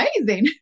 amazing